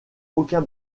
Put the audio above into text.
aucun